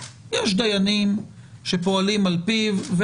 יש דיינים שפועלים על פיו,